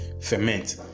ferment